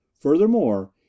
Furthermore